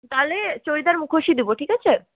তালে চরিদার মুখোশই দেব ঠিক আছে